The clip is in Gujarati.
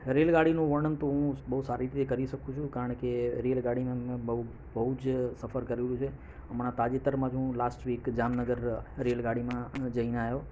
રેલગાડીનું વર્ણન તો હું બહુ સારી રીતે કરી શકું છું કારણ કે રેલગાડીમાં મેં બહુ બહુ જ સફર કરેલું છે હમણાં તાજેતરમાં જ હું લાસ્ટ વીક જામનગર રેલગાડીમાં હું જઈને આવ્યો